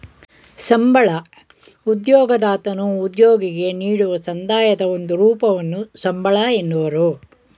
ಸಂಬಳ ಉದ್ಯೋಗದತನು ಉದ್ಯೋಗಿಗೆ ನೀಡುವ ಸಂದಾಯದ ಒಂದು ರೂಪವನ್ನು ಸಂಬಳ ಎನ್ನುವರು